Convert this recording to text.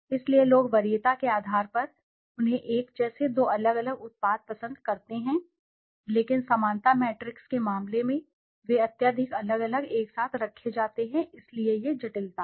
इसलिए लोग वरीयता के आधार पर उन्हें एक जैसे दो अलग अलग उत्पाद पसंद करते हैं लेकिन समानता मैट्रिक्स के मामले में वे अत्यधिक अलग अलग एक साथ रखे जाते हैं इसलिए यह जटिलता है